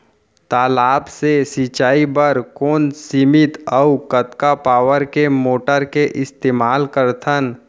तालाब से सिंचाई बर कोन सीमित अऊ कतका पावर के मोटर के इस्तेमाल करथन?